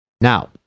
Now